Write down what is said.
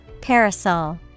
Parasol